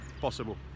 possible